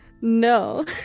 No